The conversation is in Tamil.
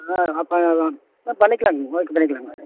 ஆ அப்போ எல்லாம் ஆ பண்ணிக்கலாங்க ஓகே பண்ணிக்கலாங்க